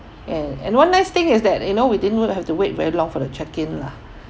and and one nice thing is that you know we didn't have to wait very long for the check in lah